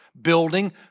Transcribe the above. building